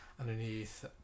underneath